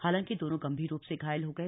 हालांकि दोनों गंभीर रूप से घायल हो गए